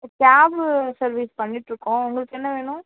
cab service பண்ணிட்டுருக்கோம் உங்களுக்கு என்ன வேணும்